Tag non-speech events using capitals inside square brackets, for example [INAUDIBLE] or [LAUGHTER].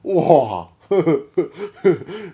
!wah! [LAUGHS] [LAUGHS] [LAUGHS]